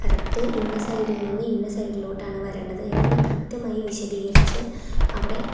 correct ഇന്ന സൈഡിൽ നിന്ന് ഇന്ന് സൈഡിലോട്ടാണ് വരേണ്ടത് എന്ന് ഞാൻ കൃത്യമായി വിശദീകരിച്ച് അവിടെ